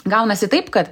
gaunasi taip kad